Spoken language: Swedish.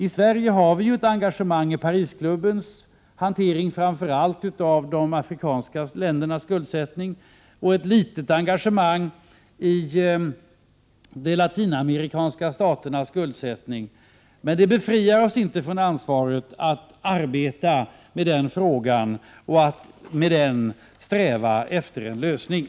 I Sverige har vi ett engagemang i Parisklubbens hantering av framför allt de afrikanska ländernas skuldsättning. Ett litet engagemang har vi i de Latinamerikanska staternas skuldsättning. Men det befriar oss inte från ansvaret att arbeta med frågan och sträva efter en lösning.